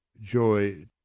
joy